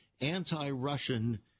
anti-Russian